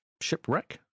shipwreck